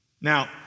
Now